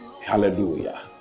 Hallelujah